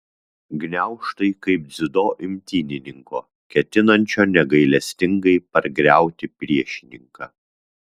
gniaužtai kaip dziudo imtynininko ketinančio negailestingai pargriauti priešininką